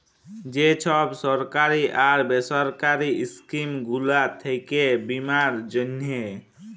যে ছব সরকারি আর বেসরকারি ইস্কিম গুলা থ্যাকে বীমার জ্যনহে